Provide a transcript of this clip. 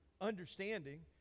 understanding